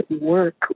work